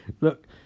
Look